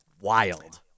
Wild